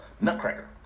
Nutcracker